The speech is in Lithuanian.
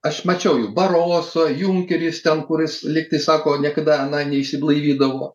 aš mačiau jį baroloso junkerį ten kuris likti sako niekada neišsiblaivydavo